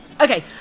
Okay